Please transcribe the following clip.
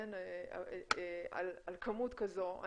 על כמות כזו,